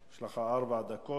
יש לך ארבע דקות.